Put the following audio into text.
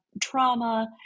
trauma